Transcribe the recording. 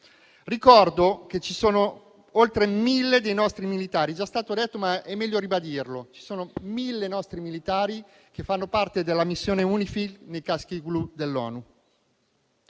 Ricordo che ci sono oltre mille nostri militari. È già stato detto, ma è meglio ribadirlo: ci sono mille nostri militari che fanno parte della missione UNIFIL, nei Caschi Blu dell'ONU.